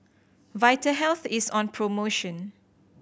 vitahealth is on promotion